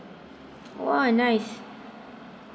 !wow! nice